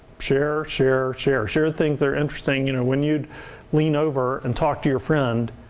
share, share, share. share things that are interesting. you know, when you'd lean over and talk to your friend,